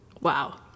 Wow